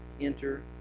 enter